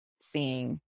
seeing